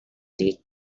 date